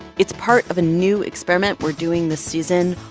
it's part of a new experiment we're doing this season.